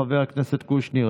חבר הכנסת קושניר,